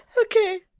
Okay